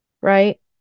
Right